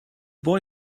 boy